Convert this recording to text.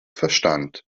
verstand